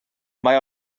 mae